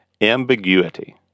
ambiguity